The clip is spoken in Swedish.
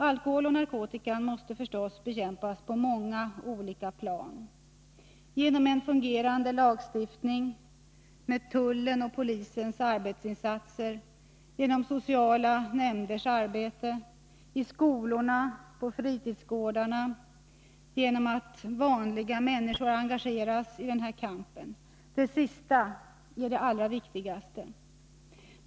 Alkohol och narkotika måste förstås bekämpas på många olika plan — genom en fungerande lagstiftning, med tullens och polisens arbetsinsatser, genom sociala nämnders arbete, i skolorna och på fritidsgårdarna och genom att vanliga människor engageras i denna kamp. Det sista är det allra viktigaste.